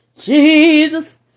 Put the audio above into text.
Jesus